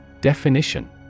Definition